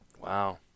Wow